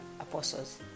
apostles